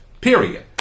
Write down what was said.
period